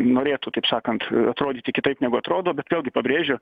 norėtų taip sakant atrodyti kitaip negu atrodo bet vėlgi pabrėžiu